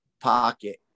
pocket